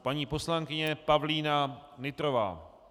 Paní poslankyně Pavlína Nytrová.